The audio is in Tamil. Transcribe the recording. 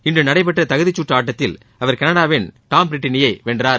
இன்று நடைபெற்ற தகுதிக் கற்று ஆட்டத்தில் அவர் கனடாவின் டாம் பிரிட்டினி யை வென்றார்